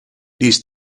these